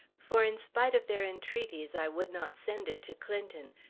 for in spite of their entreaties, i would not send it to clinton,